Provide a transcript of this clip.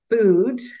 food